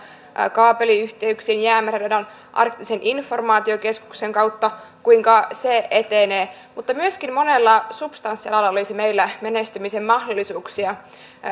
kaapeliyhteyksin jäämeren radan arktisen informaatiokeskuksen kautta kuinka se etenee mutta myöskin monella substanssialalla olisi meillä menestymisen mahdollisuuksia